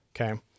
okay